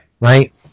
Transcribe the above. Right